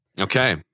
Okay